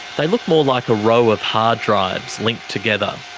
they look more like a row of hard drives linked together.